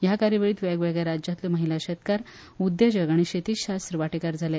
ह्या कार्यावळीत वेगवेगळ्या राज्यातल्यो महिला शेतकार उद्देजक आनी शेतीशास्त्रज्ञ वाटेकार जाले